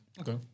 Okay